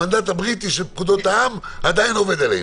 המנדט הבריטי של פקודות העם עדיין עובד עלינו,